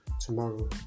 tomorrow